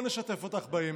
הינה, בואי נשתף אותך בהן: